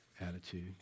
attitude